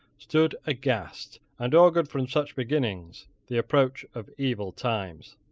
stood aghast, and augured from such beginnings the approach of evil times.